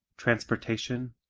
transportation,